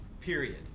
Period